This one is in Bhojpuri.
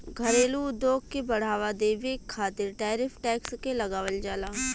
घरेलू उद्योग के बढ़ावा देबे खातिर टैरिफ टैक्स के लगावल जाला